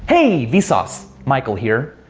hey, vsauce. michael here.